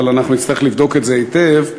אבל נצטרך לבדוק את זה היטב,